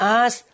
ask